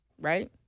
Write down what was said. Right